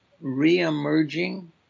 re-emerging